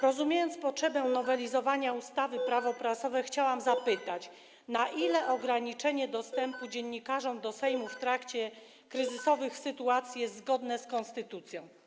Rozumiejąc potrzebę nowelizowania ustawy Prawo prasowe, chciałam zapytać, na ile ograniczenie dziennikarzom dostępu do Sejmu w trakcie kryzysowych sytuacji jest zgodne z konstytucją.